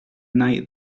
night